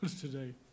today